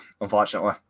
unfortunately